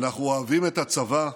אנחנו אוהבים את הצבא,